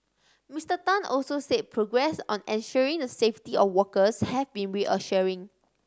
Mister Tan also said progress on ensuring the safety of workers has been reassuring